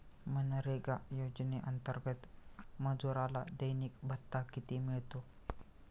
मनरेगा योजनेअंतर्गत मजुराला दैनिक भत्ता किती मिळतो?